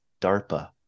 darpa